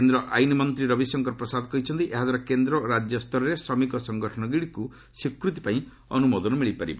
କେନ୍ଦ୍ର ଆଇନ ମନ୍ତ୍ରୀ ରବିଶଙ୍କର ପ୍ରସାଦ କହିଛନ୍ତି ଏହାଦ୍ୱାରା କେନ୍ଦ୍ର ଓ ରାଜ୍ୟ ସ୍ତରରେ ଶ୍ରମିକ ସଙ୍ଗଠନଗୁଡ଼ିକୁ ସ୍ୱୀକୃତି ପାଇଁ ଅନ୍ତମୋଦନ ମିଳିପାରିବ